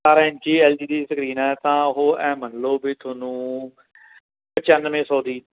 ਸਤਾਰਾਂ ਇੰਚੀ L G ਦੀ ਸਕਰੀਨ ਹੈ ਤਾਂ ਉਹ ਇਹ ਮੰਨ ਲਓ ਬਈ ਤੁਹਾਨੂੰ ਪਚਾਨਵੇਂ ਸੌ ਦੀ